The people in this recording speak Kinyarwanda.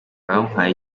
bamuhaye